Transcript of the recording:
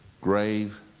grave